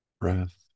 Breath